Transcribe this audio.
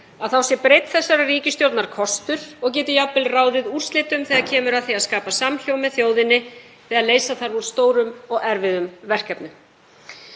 þá sé breidd þessarar ríkisstjórnar kostur og geti jafnvel ráðið úrslitum þegar kemur að því að skapa samhljóm með þjóðinni þegar leysa þarf úr stórum og erfiðum verkefnum.